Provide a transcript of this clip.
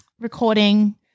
recording